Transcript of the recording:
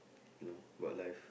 you know about life